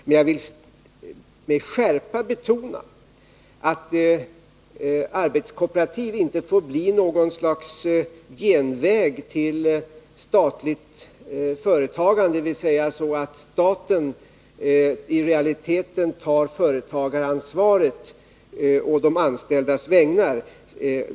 Men jag vill med skärpa betona att arbetskooperativ inte får bli något slags genväg till statligt företagande, så att staten i realiteten tar företagaransvaret å de anställdas vägnar.